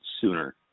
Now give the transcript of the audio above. sooner